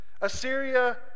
Assyria